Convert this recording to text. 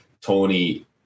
Tony